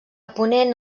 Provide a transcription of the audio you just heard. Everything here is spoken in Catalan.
ponent